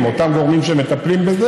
אז אנחנו נביא את חוק ההקלטות.